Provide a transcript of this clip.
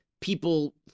people